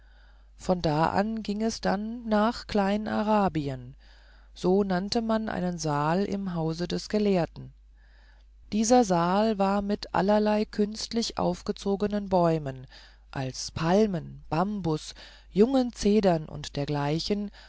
von da an ging es dann nach kleinarabien so nannte man einen saal im hause des gelehrten dieser saal war mit allerlei künstlich aufgezogenen bäumen als palmen bambus junge zedern und dergleichen